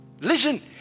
Listen